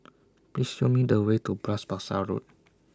Please Show Me The Way to Bras Basah Road